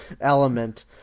element